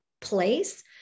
place